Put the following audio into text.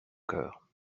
cœur